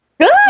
Good